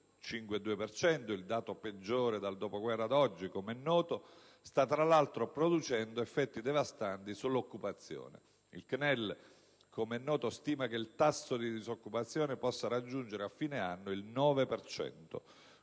cento, il dato peggiore dal dopoguerra ad oggi, com'è noto, sta tra l'altro producendo effetti devastanti sull'occupazione. Il CNEL stima che il tasso di disoccupazione possa raggiungere a fine anno il 9